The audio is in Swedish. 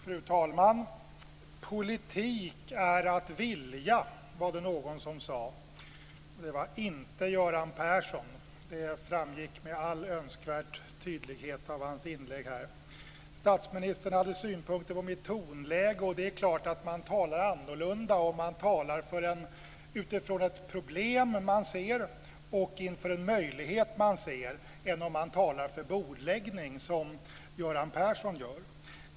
Fru talman! Politik är att vilja, var det någon som sade. Det var inte Göran Persson, det framgick med all önskvärd tydlighet av hans inlägg här. Statsministern hade synpunkter på mitt tonläge, och det är klart att man talar annorlunda om man talar utifrån ett problem man ser och inför en möjlighet man ser än om man talar för bordläggning, som Göran Persson gör.